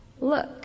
Look